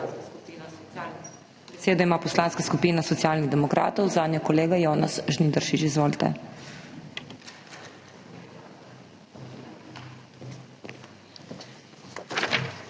ima Poslanska skupina Socialnih demokratov, zanjo kolega Jonas Žnidaršič. Izvolite.